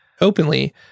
openly